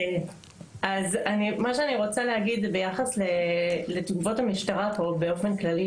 אז מה שאני רוצה להגיד ביחס לתגובות המשטרה פה באופן כללי,